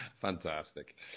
Fantastic